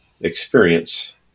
experience